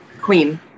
queen